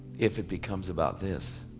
if it becomes about this